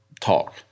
talk